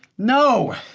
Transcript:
no!